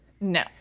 no